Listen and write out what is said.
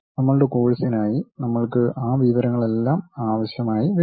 നമ്മളുടെ കോഴ്സിനായി നമ്മൾക്ക് ആ വിവരങ്ങളെല്ലാം ആവശ്യമായി വരില്ല